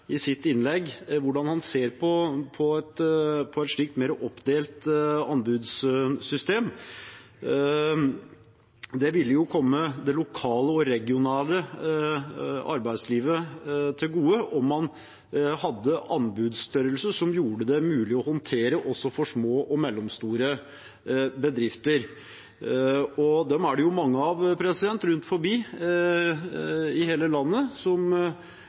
i sitt innlegg kunne avklare hvordan han ser på et slikt mer oppdelt anbudssystem. Det ville komme det lokale og regionale arbeidslivet til gode om man hadde en anbudsstørrelse som gjorde det mulig å håndtere også for små og mellomstore bedrifter – dem er det mange av rundt i hele landet